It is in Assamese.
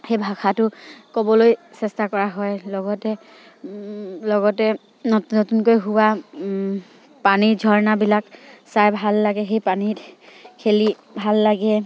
সেই ভাষাটো ক'বলৈ চেষ্টা কৰা হয় লগতে লগতে নতুনকৈ হোৱা পানীৰ ঝৰ্ণাবিলাক চাই ভাল লাগে সেই পানীত খেলি ভাল লাগে